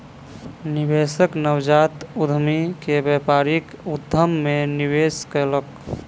निवेशक नवजात उद्यमी के व्यापारिक उद्यम मे निवेश कयलक